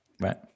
Right